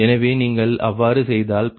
எனவே நீங்கள் அவ்வாறு செய்தால் பின்னர் 22max0